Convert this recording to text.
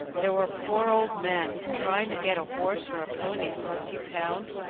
there were poor old men, trying to get a horse or a pony for a few pounds,